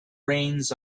reins